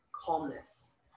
calmness